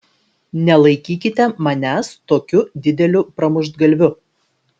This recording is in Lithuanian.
nelaikykite manęs tokiu dideliu pramuštgalviu